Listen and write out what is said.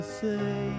say